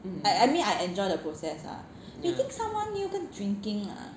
I I mean I enjoy the process lah between someone new 跟 drinking ah